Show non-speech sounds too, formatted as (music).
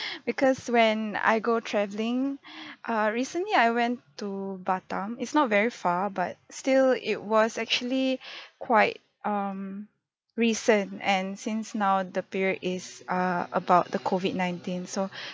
(laughs) because when I go travelling (breath) err recently I went to batam it's not very far but still it was actually (breath) quite um recent and since now the period is err about the COVID nineteen so